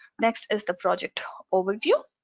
next is the project overview